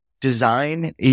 design